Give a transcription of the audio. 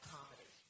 comedy